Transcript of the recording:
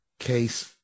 Case